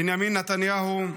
בנימין נתניהו,